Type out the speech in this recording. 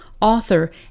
author